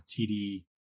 TD